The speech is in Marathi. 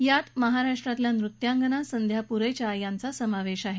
यात महाराष्ट्रातल्या नृत्यांगना संध्या पुरेचा यांचा समावेश आहे